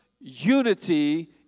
unity